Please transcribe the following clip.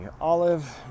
Olive